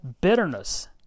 bitterness